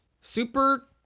Super